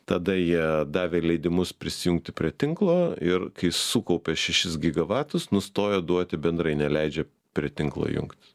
tada jie davė leidimus prisijungti prie tinklo ir kai sukaupė šešis gigavatus nustojo duoti bendrai neleidžia prie tinklo jungtis